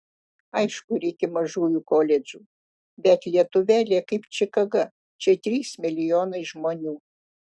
aišku reikia mažųjų koledžų bet lietuvėlė kaip čikaga čia trys milijonai žmonių